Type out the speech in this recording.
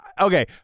okay